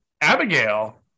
Abigail